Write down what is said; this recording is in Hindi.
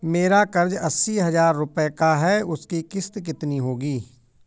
मेरा कर्ज अस्सी हज़ार रुपये का है उसकी किश्त कितनी होगी?